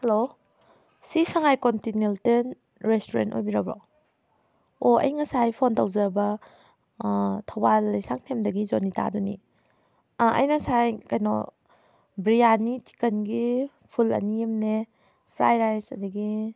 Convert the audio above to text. hello ꯁꯤ ꯁꯉꯥꯏ continental restaurant ꯑꯣꯏꯕꯤꯔꯕ꯭ꯔꯣ ꯑꯣ ꯑꯩ ꯉꯁꯥꯏ ꯐꯣꯟ ꯇꯧꯖꯕ ꯊꯧꯕꯥꯜ ꯂꯩꯁꯥꯡꯊꯦꯝꯗꯒꯤ ꯖꯣꯅꯤꯇꯥꯗꯨꯅꯦ ꯑꯩꯅ ꯉꯁꯥꯏ ꯀꯩꯅꯣ ꯕ꯭ꯔꯤꯌꯥꯅꯤ ꯆꯤꯛꯀꯟꯒꯤ ꯐꯨꯜ ꯑꯅꯤ ꯑꯃꯅꯦ ꯐ꯭ꯔꯥꯏ ꯔꯥꯏꯁ ꯑꯗꯒꯤ